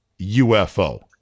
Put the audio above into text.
UFO